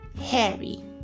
Harry